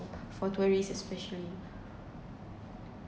for tourist especially